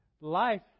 life